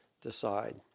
decide